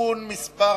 (תיקון מס'